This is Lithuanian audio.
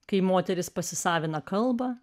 kai moteris pasisavina kalbą